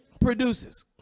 produces